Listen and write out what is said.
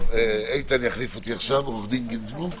איתן יחליף אותי עכשיו, עורך הדין גינזבורג.